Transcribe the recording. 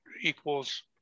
Equals